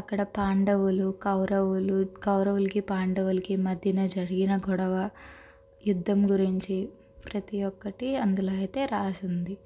అక్కడ పాండవులు కౌరవులు కౌరవులకి పాండవులకి మధ్యన జరిగిన గొడవ యుద్ధం గురించి ప్రతి ఒక్కటి అందులో అయితే రాసి ఉంది